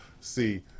See